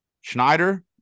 Schneider